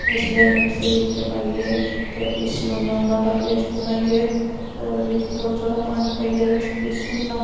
उसी फिर मिक्सी बिच्च पाइयै ते पिसी उड़ना हुंदा ओह्दा पेस्ट बनाइयै ते ओह्दे बिच्च थोड़ा थोड़ा पानी पाइयै उसी पिसी उड़ना